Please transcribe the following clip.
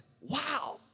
Wow